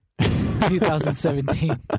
2017